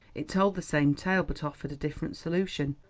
it told the same tale, but offered a different solution.